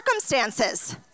circumstances